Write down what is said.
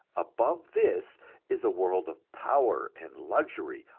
above this is a world of power and luxury,